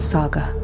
Saga